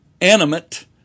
animate